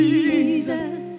Jesus